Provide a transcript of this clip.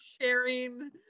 sharing